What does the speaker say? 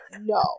No